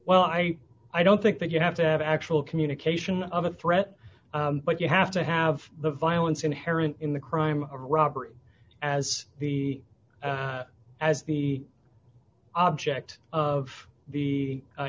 well i i don't think that you have to have actual communication of a threat but you have to have the violence inherent in the crime robbery as the as the object of the